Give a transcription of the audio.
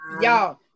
y'all